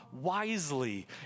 wisely